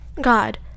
God